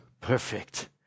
perfect